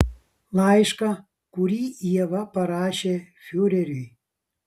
laišką kurį ieva parašė fiureriui